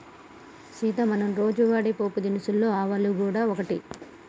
సీత మనం రోజు వాడే పోపు దినుసులలో ఆవాలు గూడ ఒకటి